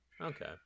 Okay